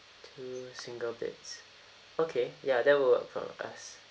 two single beds okay ya that will work for us